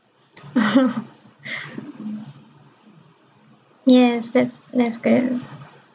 yes that's that's good